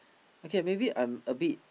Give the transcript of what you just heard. okay maybe I'm a bit